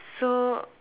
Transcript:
so